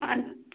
अच्छा